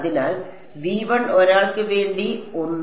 അതിനാൽ ഒരാൾക്ക് വേണ്ടി ഒന്ന്